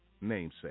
namesake